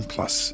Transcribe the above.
Plus